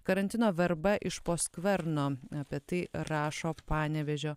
karantino verba iš po skverno apie tai rašo panevėžio